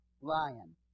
lion